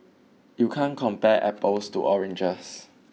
you can't compare apples to oranges